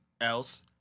else